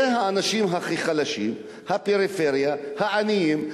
זה האנשים הכי חלשים, הפריפריה, העניים.